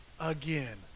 again